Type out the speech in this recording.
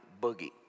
boogie